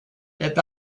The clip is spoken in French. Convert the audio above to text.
est